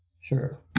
Sure